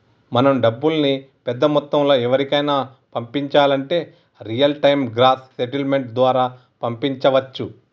మనం డబ్బుల్ని పెద్ద మొత్తంలో ఎవరికైనా పంపించాలంటే రియల్ టైం గ్రాస్ సెటిల్మెంట్ ద్వారా పంపించవచ్చు